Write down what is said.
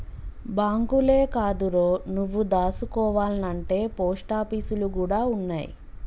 బాంకులే కాదురో, నువ్వు దాసుకోవాల్నంటే పోస్టాపీసులు గూడ ఉన్నయ్